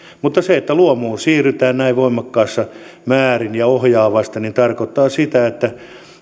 mutta se että luomuun siirrytään näin voimakkaassa määrin ja ohjaavasti tarkoittaa sitä että